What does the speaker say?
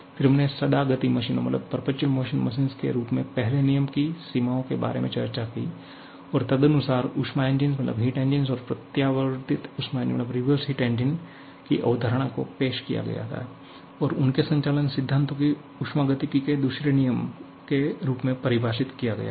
फिर हमने सदा गति मशीनों के रूप में पहले नियम की सीमाओं के बारे में चर्चा की है और तदनुसार ऊष्मा इंजन और प्रत्यावर्तित ऊष्मा इंजन की अवधारणा को पेश किया गया था और उनके संचालन सिद्धांतों को उष्मागतिकी के दूसरे नियम के रूप में परिभाषित किया गया था